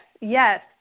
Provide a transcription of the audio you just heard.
yes